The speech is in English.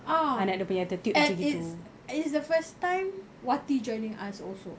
ah and it's it's the first time wati joining us also